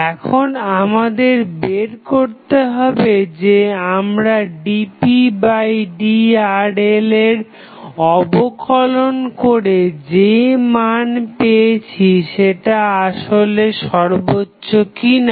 এখন আমাদের বের করতে হবে যে আমরা dpdRL এর অবকলন করে যে মান পেয়েছি সেটা আসলে সর্বোচ্চ কিনা